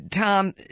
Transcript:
Tom